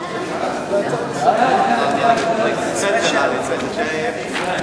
ההצעה להעביר את הנושא לוועדת הפנים והגנת הסביבה נתקבלה.